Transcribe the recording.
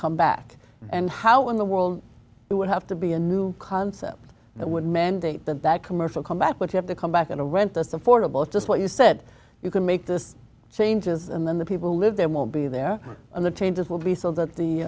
come back and how in the world it would have to be a new concept that would mandate that that commercial come back but have to come back and a rent that's affordable is just what you said you can make this changes and then the people who live there will be there and the changes will be so that the